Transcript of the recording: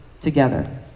together